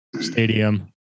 Stadium